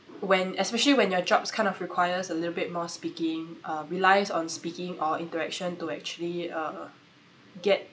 when especially when your job kind of requires a little bit more speaking um relies on speaking or interaction to actually uh get